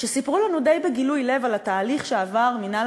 שסיפרו לנו די בגילוי לב על התהליך שעבר מינהל